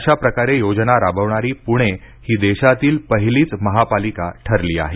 अशा प्रकारे योजना राबवणारी पूणे ही देशातील पहिलीच महापालिका ठरली आहे